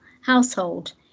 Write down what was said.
household